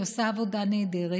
היא עושה עבודה נהדרת,